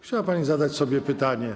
Chciała pani zadać sobie pytanie.